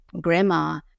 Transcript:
grandma